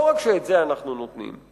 לא רק שאת זה אנחנו נותנים,